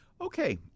Okay